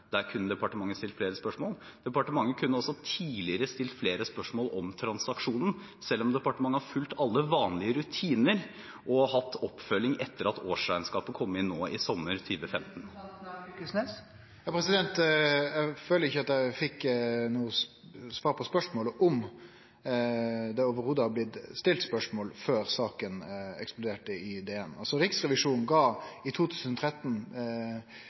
Der kunne departementet stilt flere spørsmål. Departementet kunne også tidligere stilt flere spørsmål om transaksjonen, selv om departementet har fulgt alle vanlige rutiner og hatt oppfølging etter at årsregnskapet kom inn nå sommeren 2015. Eg føler ikkje at eg fekk noko svar på spørsmålet om det i det heile har blitt stilt spørsmål før saka eksploderte i DN. Riksrevisjonen gav i 2013